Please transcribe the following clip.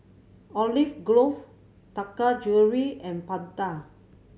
Olive Grove Taka Jewelry and Panta